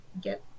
get